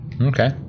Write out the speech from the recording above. Okay